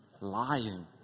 lying